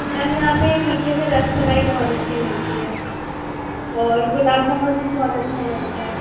ma'am यहाँ पे मीठे में रसमलाई बहुत अच्छी मिलती है और गुलाब जामुन भी बहुत अच्छा मिलता है